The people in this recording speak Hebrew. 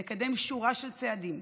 נקדם שורה של צעדים,